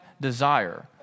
desire